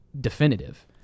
definitive